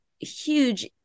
huge